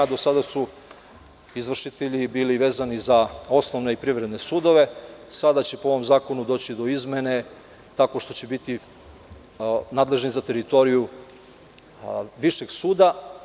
Do sada su izvršitelji bili vezani za osnovne i privredne sudove, a sada će po ovom zakonu doći do izmene tako što će biti nadležni za teritoriju višeg suda.